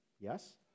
Yes